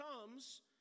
comes